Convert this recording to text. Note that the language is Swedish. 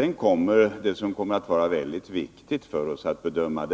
Vad som blir väldigt viktigt för oss är att bedöma: